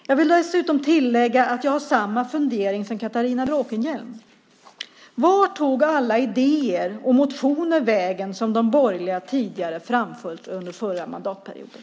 Jag vill dessutom tillägga att jag har samma fundering som Catharina Bråkenhielm: Vart tog alla idéer och motioner vägen som de borgerliga tidigare framförde under förra mandatperioden?